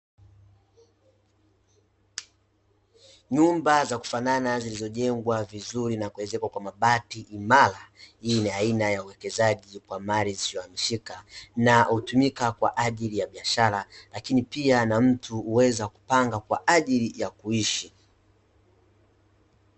Nyumba za kufanana zilizojengwa vizuri na kuezekwa kwa mabati imara. Hii ni aina ya uwekezaji wa mali zisizohamishika na hutumika kwa ajili ya biashara, lakini pia na mtu huweza kupanga kwa ajili ya kuishi.